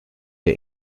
der